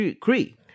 Cree